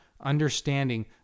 understanding